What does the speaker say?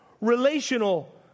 relational